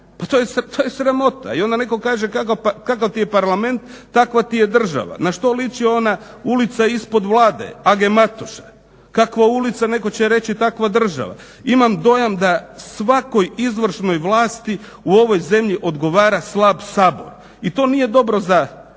pa to je sramota i onda netko kaže kakav ti je Parlament takva ti je država. Na što liči ona ulica ispod Vlade, AG Matoša. Kakva ulica netko će reći takva država. Imam dojam da svakoj izvršnoj vlasti u ovoj zemlji odgovara slab Sabor i to nije dobro za